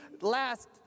last